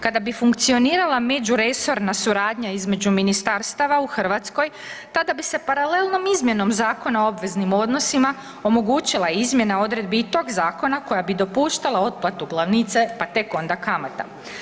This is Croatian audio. Kada bi funkcionirala međuresorna suradnja između ministarstava u Hrvatskoj, tada bi se paralelnom izmjenom Zakona o obveznim odnosima omogućila izmjena odredbi i tog zakona koja bi dopuštala otplatu glavnice pa tek onda kamata.